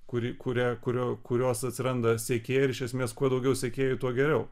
kuri kuria kurio kurios atsiranda sekėjai ir iš esmės kuo daugiau sekėjų tuo geriau